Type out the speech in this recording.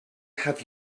have